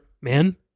man